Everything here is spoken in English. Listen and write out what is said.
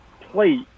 plate